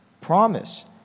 Promise